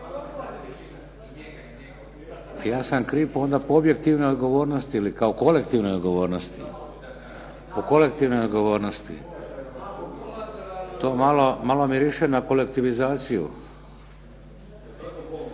Ja sam kriv onda po objektivnoj odgovornosti ili po kolektivnoj odgovornosti. To malo miriši na kolektivizaciju. Hvala lijepa.